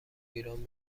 ایران